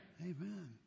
Amen